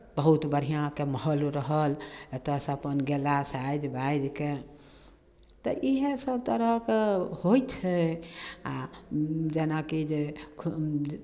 बहुत बढ़िआँके माहौल रहल एतयसँ अपन गेला साजि बाजि कऽ तऽ इएहसभ तरहके होइ छै आ जेनाकि जे